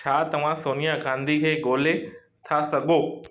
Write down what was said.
छा तव्हां सोनिया गांधी खे ॻोल्हे था सघो